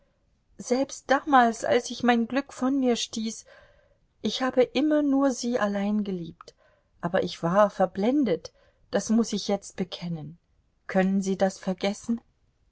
selbst damals als ich mein glück von mir stieß ich habe immer nur sie allein geliebt aber ich war verblendet das muß ich jetzt bekennen können sie das vergessen